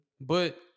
But-